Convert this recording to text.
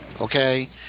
okay